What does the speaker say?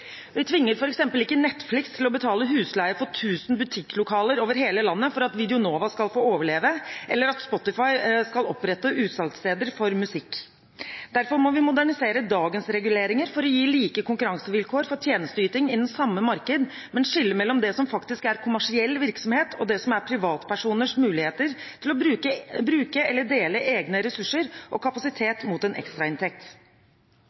Vi tvinger f.eks. ikke Netflix til å betale husleie for 1 000 butikklokaler over hele landet for at Video Nova skal få overleve, eller Spotify til å opprette utsalgssteder for musikk. Derfor må vi modernisere dagens reguleringer for å gi like konkurransevilkår for tjenesteyting innen samme marked, men skille mellom det som faktisk er kommersiell virksomhet, og det som er privatpersoners muligheter til å bruke eller dele egne ressurser og